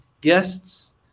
guests